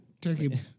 Turkey